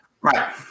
Right